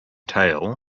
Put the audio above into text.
tail